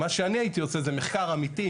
מה שאני הייתי עושה זה מחקר אמיתי,